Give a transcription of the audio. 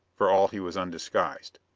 for all he was undisguised.